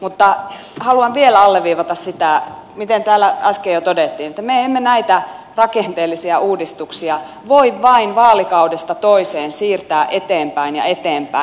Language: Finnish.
mutta haluan vielä alleviivata sitä kuten täällä äsken jo todettiin että me emme näitä rakenteellisia uudistuksia voi vain vaalikaudesta toiseen siirtää eteenpäin ja eteenpäin